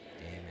amen